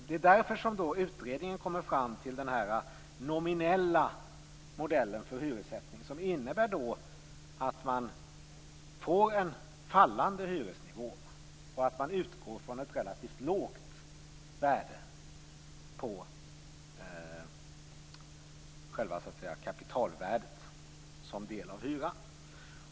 Det är därför utredningen har kommit fram till den nominella modellen för hyressättning som innebär att man får en fallande hyresnivå och att man utgår från ett relativt lågt värde på själva kapitalvärdet som del av hyran.